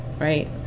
right